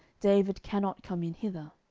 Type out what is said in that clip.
david cannot come in hither.